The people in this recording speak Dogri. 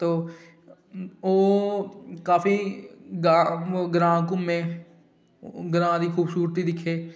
तो ओह् काफी ग्रांऽ घुम्में ग्रांऽ दी खूबसूरती दिक्खे